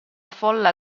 folla